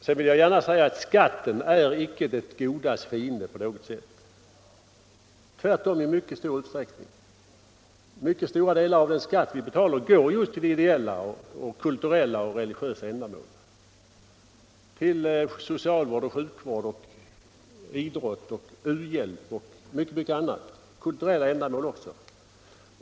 Sedan vill jag gärna säga att skatten icke är det godas fiende på något sätt. I mycket stor utsträckning är det tvärtom. Mycket stora delar av den skatt vi betalar går just till ideella, kulturella och religiösa ändamål. Vi har socialvård, sjukvård, idrott, u-hjälp och mycket annat, liksom kulturella ändamål.